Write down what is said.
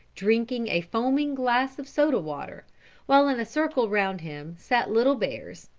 drinking a foaming glass of soda-water, while in a circle round him sat little bears,